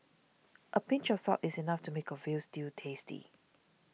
a pinch of salt is enough to make a Veal Stew tasty